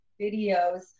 Videos